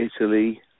Italy